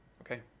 Okay